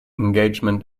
engagement